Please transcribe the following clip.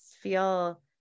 feel